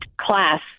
class